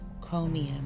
chromium